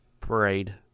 parade